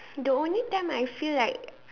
the only time I feel like